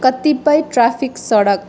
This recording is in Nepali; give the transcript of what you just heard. कतिपय ट्राफिक सडक